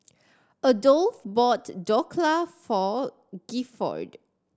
Adolph bought Dhokla for Gifford